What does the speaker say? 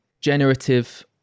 Generative